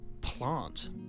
plant